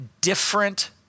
different